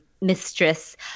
mistress